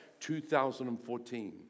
2014